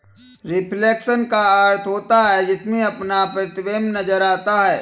reflection का अर्थ होता है जिसमें अपना प्रतिबिंब नजर आता है